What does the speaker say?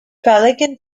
pelican